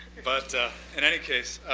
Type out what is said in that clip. but in any case,